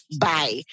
bye